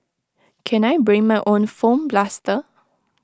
can I bring my own foam blaster